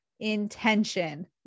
intention